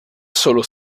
solo